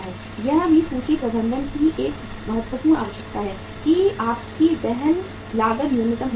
यह भी सूची प्रबंधन की एक महत्वपूर्ण आवश्यकता है कि आपकी वहन लागत न्यूनतम होनी चाहिए